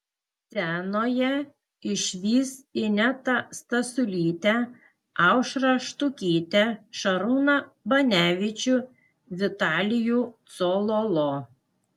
scenoje išvys inetą stasiulytę aušrą štukytę šarūną banevičių vitalijų cololo